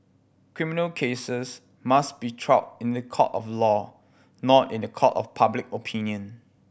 criminal cases must be tried in the court of law not in the court of public opinion